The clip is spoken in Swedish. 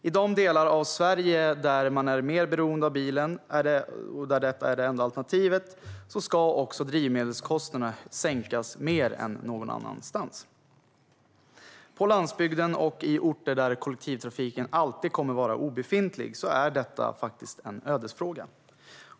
I de delar av Sverige där man är mer beroende av bilen och där det är enda alternativet ska drivmedelskostnaderna sänkas mer än någon annanstans. På landsbygden och i orter där kollektivtrafiken alltid kommer vara obefintlig är detta en ödesfråga.